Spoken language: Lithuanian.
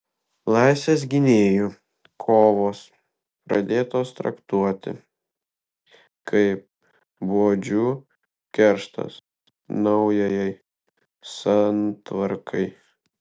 laisvės gynėjų kovos pradėtos traktuoti kaip buožių kerštas naujajai santvarkai